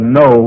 no